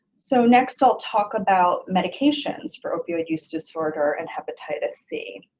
so next i'll talk about medications for opioid use disorder and hepatitis c.